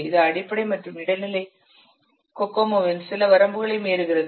இது அடிப்படை மற்றும் இடைநிலை கோகோமோவின் சில வரம்புகளை மீறுகிறது